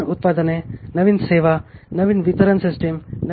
दुसरीकडे जेव्हा अंतर्गत व्यवसायात सुधारणा होते तेव्हा ग्राहक समाधानी होतात